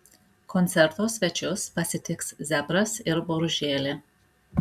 koncerto svečius pasitiks zebras ir boružėlė